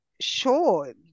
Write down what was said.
sure